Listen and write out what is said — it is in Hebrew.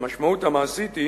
המשמעות המעשית היא